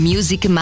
Music